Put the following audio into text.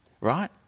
right